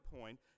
point